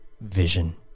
vision